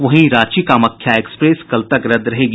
वहीं रांची कामाख्या एक्सप्रेस कल तक रद्द रहेगी